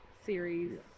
series